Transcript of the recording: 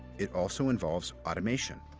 it also involves automation,